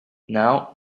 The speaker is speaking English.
now